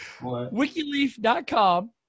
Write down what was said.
WikiLeaf.com